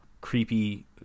creepy